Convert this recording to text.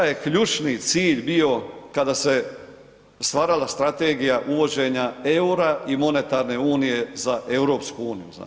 Koji je ključni cilj bio kada se stvara strategija uvođenja eura i monetarne unije za EU?